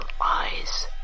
eyes